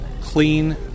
clean